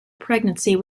pregnancy